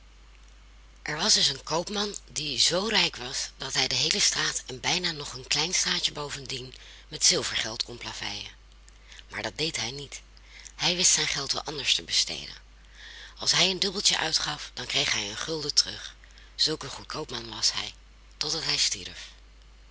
er was eens een koopman die zoo rijk was dat hij de heele straat en bijna nog een klein straatje bovendien met zilvergeld kon plaveien maar dat deed hij niet want hij wist zijn geld wel anders te besteden als hij een dubbeltje uitgaf dan kreeg hij een gulden terug zulk een goed koopman was hij totdat hij stierf